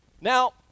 Now